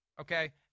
okay